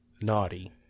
naughty